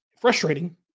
Frustrating